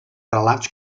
relats